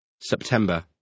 September